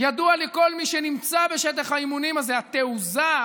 ידוע לכל מי שנמצא בשטח האימונים הזה: התעוזה,